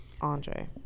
Andre